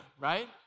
right